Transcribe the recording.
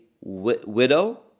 widow